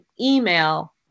email